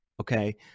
okay